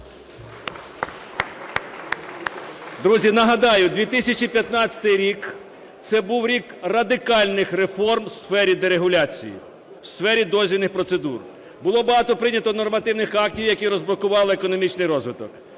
Друзі, нагадаю, 2015 рік це був рік радикальних реформ в сфері дерегуляції, в сфері дозвільних процедур. Було багато прийнято нормативних актів, які розблокували економічний розвиток.